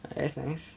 that's nice